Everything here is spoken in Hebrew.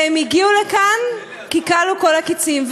והם הגיעו לכאן כי כלו כל הקצין.